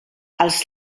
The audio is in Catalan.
els